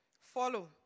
follow